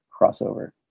crossover